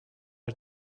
our